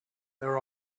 there